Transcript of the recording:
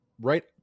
right